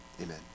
amen